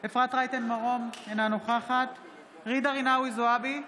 אפרת רייטן מרום, אינה נוכחת ג'ידא רינאוי זועבי,